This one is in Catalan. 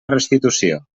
restitució